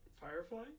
Firefly